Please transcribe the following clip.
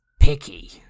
picky